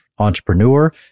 entrepreneur